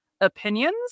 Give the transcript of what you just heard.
opinions